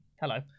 Hello